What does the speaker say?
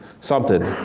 somethin',